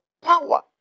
power